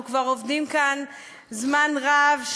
אנחנו כבר עובדים כאן זמן רב,